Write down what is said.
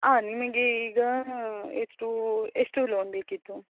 ಹಾಂ ನಿಮಗೆ ಈಗ ಎಷ್ಟು ಎಷ್ಟು ಲೋನ್ ಬೇಕಿತ್ತು